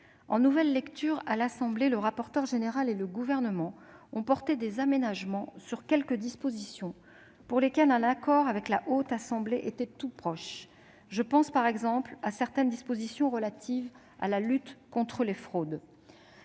En nouvelle lecture à l'Assemblée, le rapporteur général et le Gouvernement ont apporté des aménagements sur quelques dispositions pour lesquelles un accord avec la Haute Assemblée était tout proche. Je pense, par exemple, à certaines dispositions relatives à la lutte contre les fraudes.